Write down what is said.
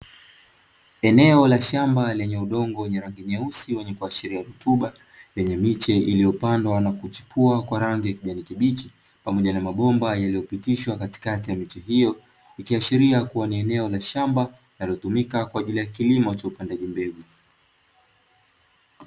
Eneo la shamba lenye udongo wenye rangi nyeusi wenye kuashiria rutuba yenye miche iliyopandwa na kuchipua kwa rangi ya kijani kibichi pamoja na mabomba yaliyopitishwa katikati ya miche hiyo, ikiashiria kuwa ni eneo la shamba linalotumika kwa ajili ya kilimo cha upandaji mbegu.